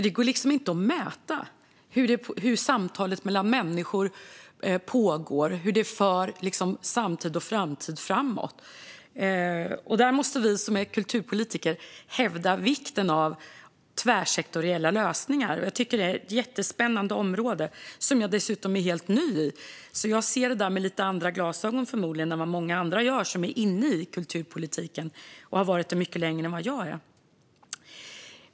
Det går liksom inte att mäta hur samtalet mellan människor pågår och hur det för samtid och framtid framåt. Där måste vi som är kulturpolitiker hävda vikten av tvärsektoriella lösningar. Jag tycker att detta är ett jättespännande område, där jag dessutom är helt ny. Jag ser förmodligen på det med lite andra glasögon, jämfört med många andra som har varit inne i kulturpolitiken mycket längre än vad jag har.